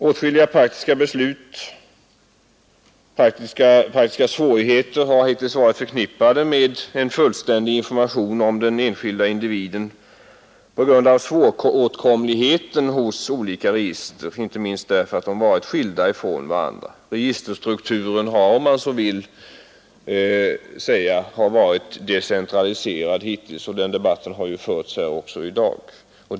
Åtskilliga praktiska svårigheter har hittills varit förknippade med en fullständig information om den enskilda individen på grund av svåråtkomligheten hos olika register, inte minst därför att de varit skilda ifrån varandra. Registerstrukturen har, om man så vill uttrycka det, varit decentraliserad hittills. Debatten härom har ju förts också här i dag.